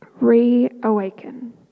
reawaken